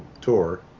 tour